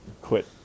quit